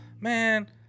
man